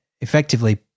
effectively